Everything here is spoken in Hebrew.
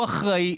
הוא אחראי,